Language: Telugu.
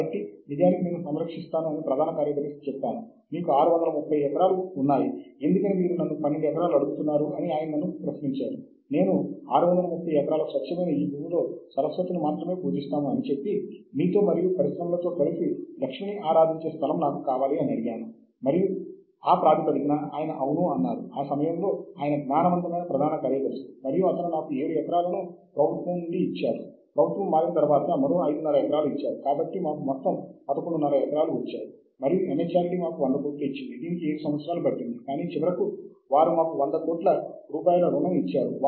కాబట్టి మన గ్రంథాలయాలకు ఈ డేటాబేస్లకు ప్రాప్యత ఉంటే అప్పుడు మనకు ఒకే చోట పెద్ద సంఖ్యలో కథనాలు మరియు సమావేశ కార్యకలాపాలను శోధించగలిగే సామర్థ్యం ఉంటుంది